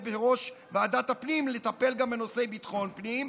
בראש ועדת הפנים לטפל גם בנושאי ביטחון פנים,